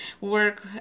work